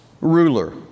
ruler